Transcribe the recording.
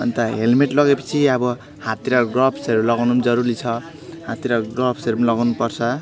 अन्त हेल्मेट लगाएपछि अब हाततिर ग्लोभ्सहरू लगाउनु पनि जरुरी छ हाततिर ग्लोभ्सहरू पनि लगाउनु पर्छ